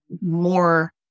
more